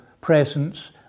presence